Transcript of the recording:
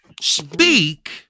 speak